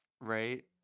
Right